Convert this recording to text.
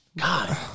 God